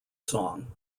song